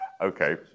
Okay